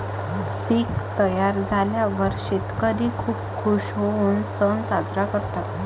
पीक तयार झाल्यावर शेतकरी खूप खूश होऊन सण साजरा करतात